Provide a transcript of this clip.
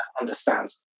understands